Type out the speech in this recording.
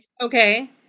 okay